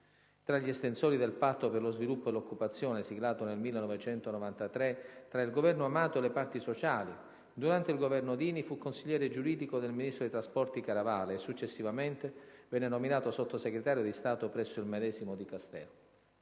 Tra gli estensori del Patto per lo sviluppo e l'occupazione, siglato nel 1993 tra il Governo Amato e le parti sociali, durante il Governo Dini fu consigliere giuridico del ministro dei trasporti Caravale e, successivamente, venne nominato Sottosegretario di Stato presso il medesimo Dicastero.